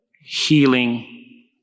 healing